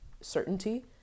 certainty